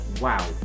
Wow